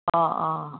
অঁ অঁ